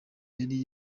yari